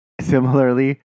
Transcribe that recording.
similarly